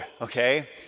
okay